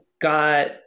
got